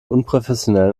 unprofessionellen